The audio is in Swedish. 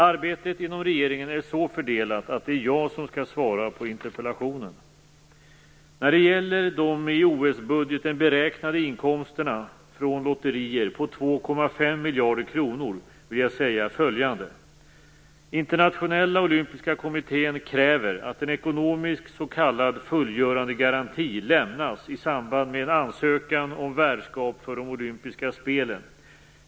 Arbetet inom regeringen är så fördelat att det är jag som skall svara på interpellationen. När det gäller de i OS-budgeten beräknade inkomsterna från lotterier på 2,5 miljarder kronor vill jag säga följande. Internationella Olympiska Kommittén kräver att en ekonomisk s.k. fullgörandegaranti lämnas i samband med en ansökan om värdskap för de olympiska spelen.